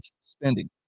spending